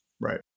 Right